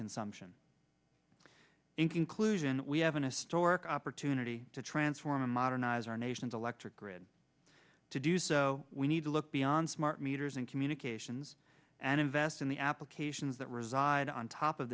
consumption in conclusion we haven't a stork opportunity to transform a modernize our nation's electric grid to do so we need to look beyond smart meters and communications and invest in the applications that reside on top of